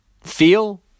feel